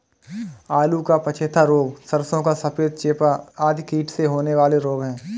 आलू का पछेता रोग, सरसों का सफेद चेपा आदि कीटों से होने वाले रोग हैं